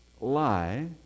lie